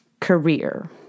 career